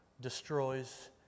destroys